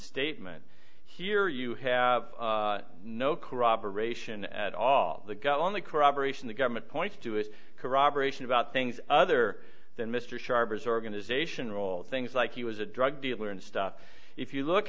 statement here you have no corroboration at all the guy on the corroboration the government points to is corroboration about things other than mr sharpers organization roll things like he was a drug dealer and stuff if you look